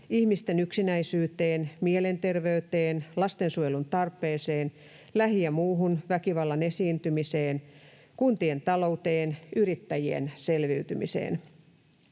ihmisten yksinäisyyteen, mielenterveyteen, lastensuojelun tarpeeseen, lähi‑ ja muun väkivallan esiintymiseen, kuntien talouteen ja yrittäjien selviytymiseen.